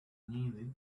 needed